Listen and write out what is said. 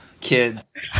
kids